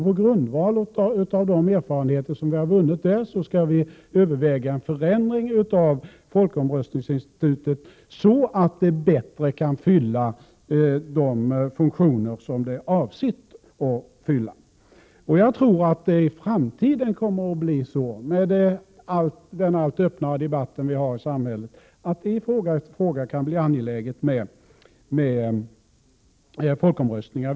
På grundval av de erfarenheterna skall vi överväga en förändring av folkomröstningsinstitutet så att det bättre kan fylla de funktioner som det är avsett att fylla. Med den allt öppnare debatten vi har i samhället kommer det nog i framtiden att i fråga efter fråga bli angeläget med folkomröstningar.